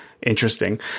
Interesting